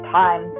time